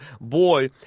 boy